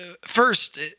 first